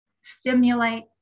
stimulate